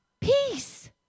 peace